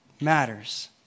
matters